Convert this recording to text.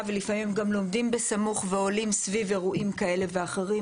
ולפעמים הם גם לומדים בסמוך ועולים סביב אירועים כאלה ואחרים,